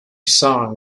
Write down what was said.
song